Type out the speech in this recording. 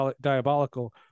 diabolical